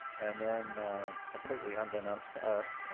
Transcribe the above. and then completely unbeknownst to us,